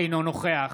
אינו נוכח